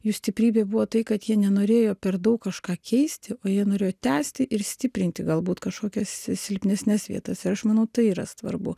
jų stiprybė buvo tai kad jie nenorėjo per daug kažką keisti o jie norėjo tęsti ir stiprinti galbūt kažkokias silpnesnes vietas ir aš manau tai yra svarbu